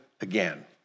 again